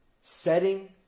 setting